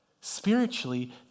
Spiritually